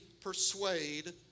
persuade